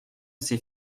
ses